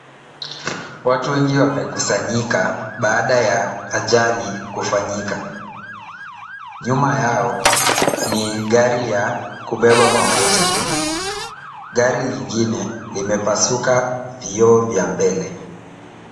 Watu wengi wamekusanyika baada ya ajali kufanyika. Nyuma yao ni gari ya kubeba mafuta. Gari lingine limepasuka vioo vya mbele.